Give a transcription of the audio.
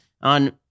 on